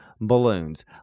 balloons